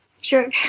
Sure